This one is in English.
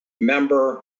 member